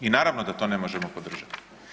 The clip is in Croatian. I naravno da to ne možemo podržati.